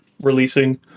releasing